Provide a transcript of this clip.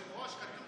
היושב-ראש, כתוב